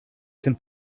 can